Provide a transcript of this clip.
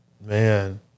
Man